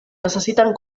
necessiten